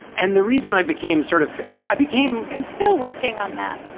and the reason i became sort of i became i'm still working on that.